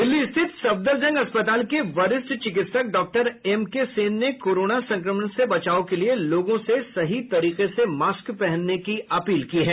दिल्ली स्थित सफदरजंग अस्पताल के वरिष्ठ चिकित्सक डॉक्टर एम के सेन ने कोरोना संक्रमण से बचाव के लिये लोगों से सही तरीके से मास्क पहनने की अपील की है